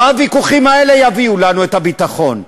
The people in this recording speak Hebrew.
לא הוויכוחים האלה יביאו לנו את הביטחון.